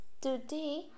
today